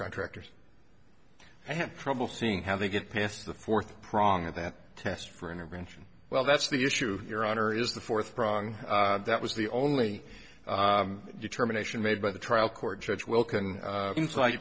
contractors i have trouble seeing how they get past the fourth prong of that test for intervention well that's the issue your honor is the fourth pran that was the only determination made by the trial court judge will can like